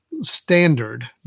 standard